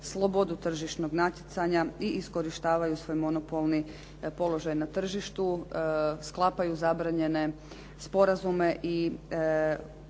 slobodu tržišnog natjecanja i iskorištavaju svoj monopolni položaj na tržištu, sklapaju zabranjene sporazume i